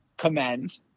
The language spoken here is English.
Commend